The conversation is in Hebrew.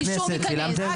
ערוץ הכנסת צילמתם?